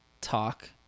talk